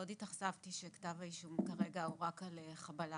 מאוד התאכזבתי שכתב האישום כרגע הוא רק על חבלה